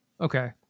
okay